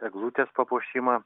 eglutės papuošimą